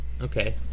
okay